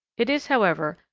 it is, however,